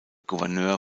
gouverneur